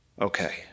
Okay